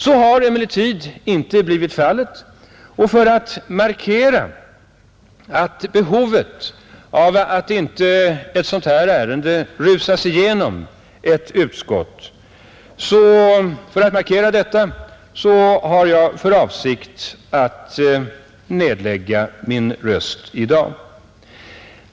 Så har emellertid inte blivit fallet, och för att markera nödvändigheten av att ett sådant här ärende inte får rusa igenom ett utskott har jag för avsikt att nedlägga min röst i dag.